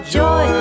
joy